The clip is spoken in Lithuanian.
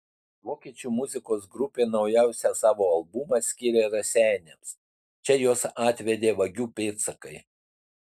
vokiečių muzikos grupė naujausią savo albumą skyrė raseiniams čia juos atvedė vagių pėdsakai